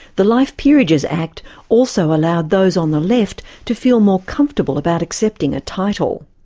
the life peerages act also allowed those on the left to feel more comfortable about accepting a title.